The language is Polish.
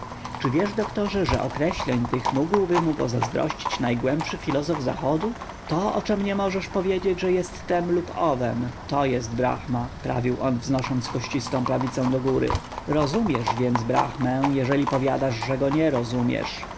wiesz doktorze że określeń tych mógłby mu pozazdrościć najgłębszy filozof zachodu to oczem niem możesz powiedzieć że jest tem lub owem to jest brahma prawił on wznosząc kościstą prawicę do góry rozumiesz więc brahmę jeśli powiadasz że go nie rozumiesz